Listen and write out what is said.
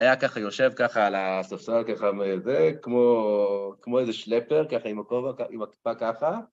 היה ככה יושב ככה על הספסל ככה וזה, כמו איזה שלפר, ככה עם הכיפה ככה.